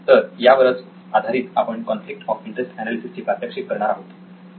तर यावरच आधारित आपण कॉन्फ्लिक्ट ऑफ इंटरेस्ट एनालिसिस चे प्रात्यक्षिक करणार आहोत